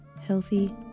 healthy